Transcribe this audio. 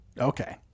Okay